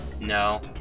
No